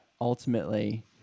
ultimately